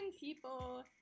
people